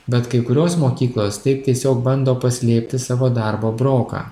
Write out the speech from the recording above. bet kai kurios mokyklos taip tiesiog bando paslėpti savo darbo broką